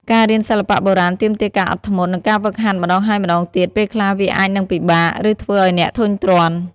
ការរៀនសិល្បៈបុរាណទាមទារការអត់ធ្មត់ និងការហ្វឹកហាត់ម្តងហើយម្តងទៀត ពេលខ្លះវាអាចនឹងពិបាក ឬធ្វើឱ្យអ្នកធុញទ្រាន់។